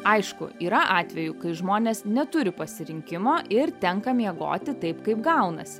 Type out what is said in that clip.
aišku yra atvejų kai žmonės neturi pasirinkimo ir tenka miegoti taip kaip gaunas